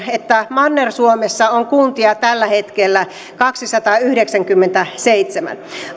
manner suomessa on kuntia tällä hetkellä kaksisataayhdeksänkymmentäseitsemän